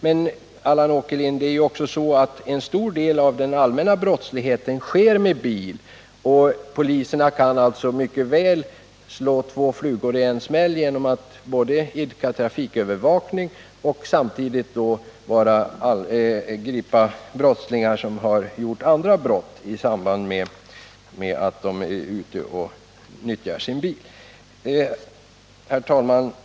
Men, Allan Åkerlind, vid många av de allmänna brott som begås kommer bilar till användning. Poliserna skulle därför kunna slå två flugor ien smäll genom att bedriva trafikövervakning och då samtidigt kunna gripa personer som begått brott och i samband därmed använder sin bil. Herr talman!